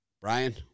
Brian